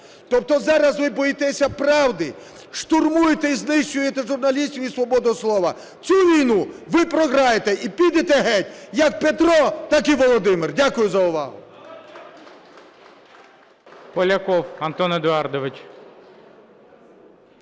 Тобто зараз ви боїтеся правди, штурмуєте і знищуєте журналістів і свободу слова. Цю війну ви програєте і підете геть, як Петро, так і Володимир! Дякую за увагу.